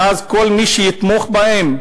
ואז כל מי שיתמוך בהם,